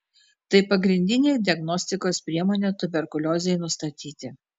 tai pagrindinė diagnostikos priemonė tuberkuliozei nustatyti